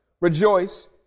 rejoice